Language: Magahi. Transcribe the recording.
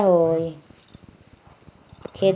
खेती ला कौन मौसम अच्छा होई?